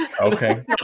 okay